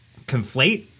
conflate